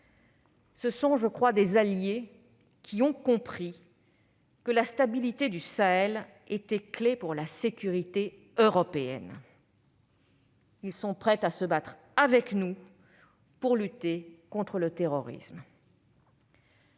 Ce sont des alliés qui ont compris que la stabilité du Sahel était clé pour la sécurité européenne. Ils sont prêts à se battre auprès de nous pour lutter contre le terrorisme.